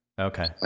Okay